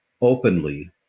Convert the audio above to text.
openly